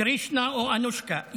קרישנה או אנושקה.